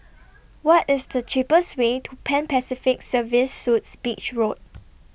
What IS The cheapest Way to Pan Pacific Serviced Suites Beach Road